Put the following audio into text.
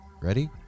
Ready